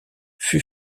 fut